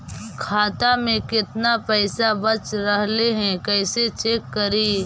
खाता में केतना पैसा बच रहले हे कैसे चेक करी?